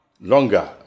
longer